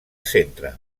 centre